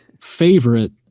favorite